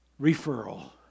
referral